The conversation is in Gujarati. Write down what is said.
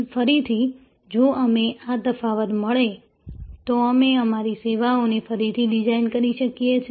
ફરીથી જો અમને આ તફાવત મળે તો અમે અમારી સેવાઓને ફરીથી ડિઝાઇન કરી શકીએ છીએ